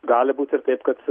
gali būt ir taip kad